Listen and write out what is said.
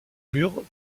murs